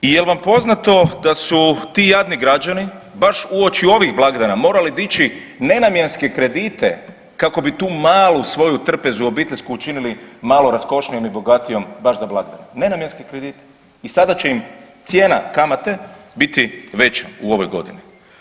I jel vam poznato da su ti jadni građani baš uoči ovih blagdana morali dići nenamjenski kredite kako bi tu malu svoju trpezu obiteljsku učinili malo raskošnijom i bogatijom baš za blagdane, nenamjenske kredite i sada će im cijena kamate biti veća u ovoj godini.